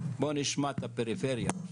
בוא נשמע את הפריפריה.